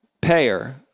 payer